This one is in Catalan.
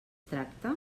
tracta